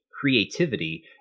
creativity